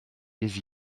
des